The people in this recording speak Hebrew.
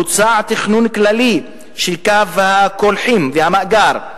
בוצע תכנון כללי של קו הקולחין והמאגר,